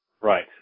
Right